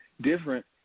different